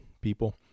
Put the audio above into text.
people